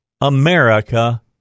America